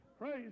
Praise